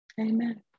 Amen